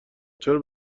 چرا